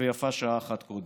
ויפה שעה אחת קודם.